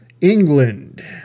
England